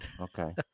Okay